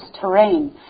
terrain